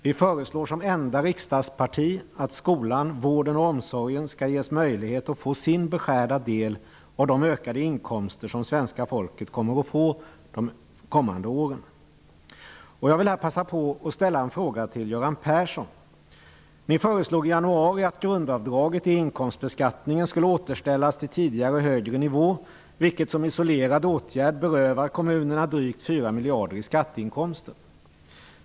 Vi föreslår som enda riksdagsparti att skolan, vården och omsorgen skall ges möjlighet att få sin beskärda del av de ökade inkomster som svenska folket kommer att få under de kommande åren. Persson. Ni föreslog i januari att grundavdraget i inkomstbeskattningen skulle återställas till tidigare högre nivå, vilket som isolerad åtgärd berövar kommunerna drygt 4 miljarder i skatteinkomster.